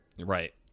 Right